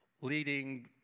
leading